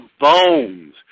bones